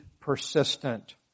persistent